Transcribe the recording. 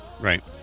Right